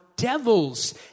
devils